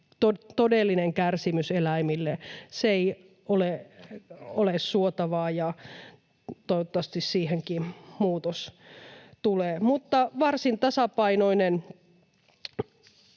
todellinen kärsimys eläimille ei ole suotavaa, ja toivottavasti siihenkin muutos tulee. Mutta varsin tasapainoinen